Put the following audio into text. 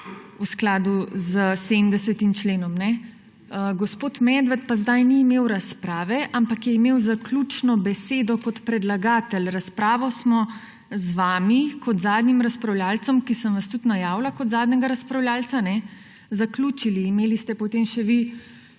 v skladu s 70. členom. Gospod Medved pa sedaj ni imel razprave, ampak je imel zaključno besedo kot predlagatelj. Razpravo smo zaključili z vami kot zadnjim razpravljavcem, sem vas tudi najavila kot zadnjega razpravljavca. Imeli ste potem na